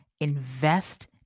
invest